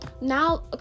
now